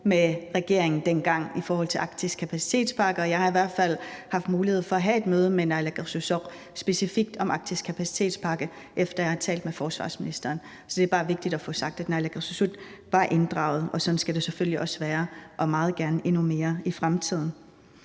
med regeringen dengang i forhold til Arktis Kapacitetspakke, og jeg har i hvert fald haft mulighed for at have et møde med naalakkersuisoq specifikt om Arktis Kapacitetspakke, efter at jeg havde talt med forsvarsministeren. Så er det bare vigtigt at få sagt, at naalakkersuisut var inddraget, og sådan skal det selvfølgelig også være og meget gerne endnu mere i fremtiden.